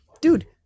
Dude